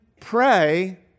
pray